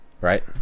Right